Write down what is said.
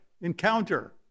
encounter